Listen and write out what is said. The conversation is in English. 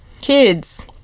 Kids